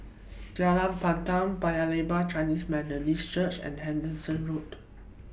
Jalan Pandan Paya Lebar Chinese Methodist Church and Hendon Road